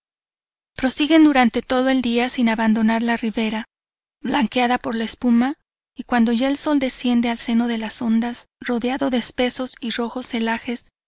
prosiguen durante todo el día sin abandonar la rivera blanqueada por la espuma y cuando ya el sol desciende al seno de las ondas rodeado de espesos y rojos celajes